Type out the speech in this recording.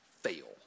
fail